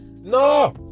No